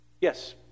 Yes